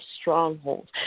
strongholds